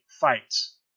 Fights